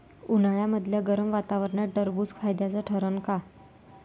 उन्हाळ्यामदल्या गरम वातावरनात टरबुज फायद्याचं ठरन का?